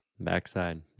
backside